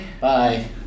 Bye